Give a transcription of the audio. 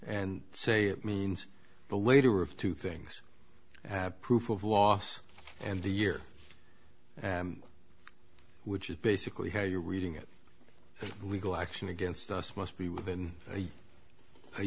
and say it means the later of two things i have proof of loss and the year which is basically how you are reading it legal action against us must be within a